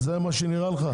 זה מה שנראה לך?